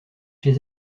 chez